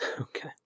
Okay